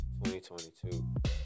2022